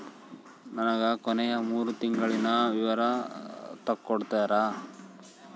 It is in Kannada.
ನನಗ ಕೊನೆಯ ಮೂರು ತಿಂಗಳಿನ ವಿವರ ತಕ್ಕೊಡ್ತೇರಾ?